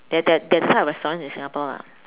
there there are type of restaurants in Singapore lah